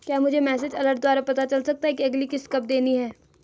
क्या मुझे message alert द्वारा पता चल सकता कि अगली किश्त कब देनी है?